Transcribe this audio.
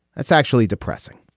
that's actually depressing